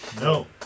No